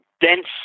dense